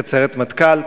מפקד סיירת מטכ"ל,